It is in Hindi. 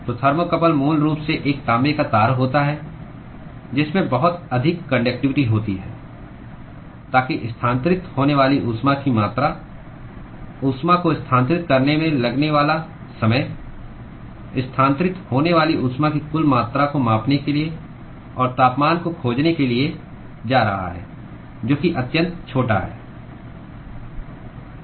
तो थर्मोकपल मूल रूप से एक तांबे का तार होता है जिसमें बहुत अधिक कान्डक्टिवटी होती है ताकि स्थानांतरित होने वाली ऊष्मा की मात्रा ऊष्मा को स्थानांतरित करने में लगने वाला समय स्थानांतरित होने वाली ऊष्मा की कुल मात्रा को मापने के लिए और तापमान को खोजने के लिए जा रहा है जो की अत्यंत छोटा हो